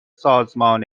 سازمان